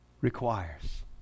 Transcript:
requires